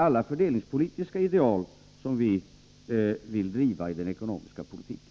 alla fördelningspolitiska ideal som vi vill driva i den ekonomiska politiken.